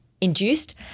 induced